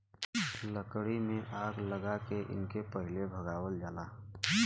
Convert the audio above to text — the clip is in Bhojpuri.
लकड़ी में आग लगा के इनके पहिले भगावल जाला